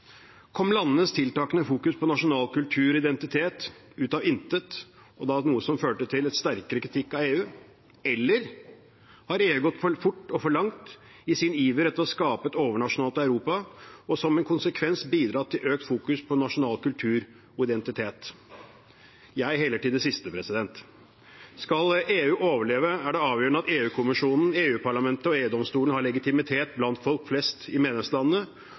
Kom landenes tiltakende fokus på nasjonal kultur og identitet ut av intet og ble til noe som førte til en sterkere kritikk av EU, eller har EU gått for fort og for langt i sin iver etter å skape et overnasjonalt Europa og som en konsekvens bidratt til økt fokus på nasjonal kultur og identitet? Jeg heller til det siste. Skal EU overleve, er det avgjørende at EU-kommisjonen, EU-parlamentet og EU-domstolen har legitimitet blant folk flest i medlemslandene,